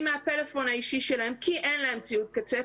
מהפלאפון האישי שלהם כי אין להם ציוד קצה.